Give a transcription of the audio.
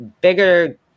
bigger